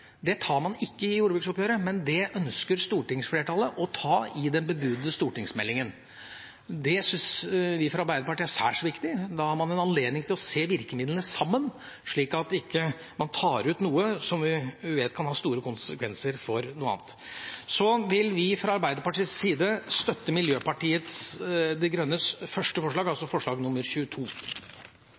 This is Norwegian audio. tar man ikke i jordbruksoppgjøret – det ønsker stortingsflertallet å ta i forbindelse med den bebudede stortingsmeldingen. Det syns vi fra Arbeiderpartiet er særs viktig: Da har man en anledning til å se virkemidlene sammen, slik at man ikke tar ut noe som vi vet kan få store konsekvenser for noe annet. Så vil vi fra Arbeiderpartiets side støtte Miljøpartiet De Grønnes første forslag, altså forslag nr. 22.